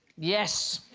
yes.